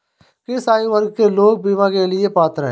किस आयु वर्ग के लोग बीमा के लिए पात्र हैं?